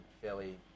fairly